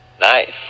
Nice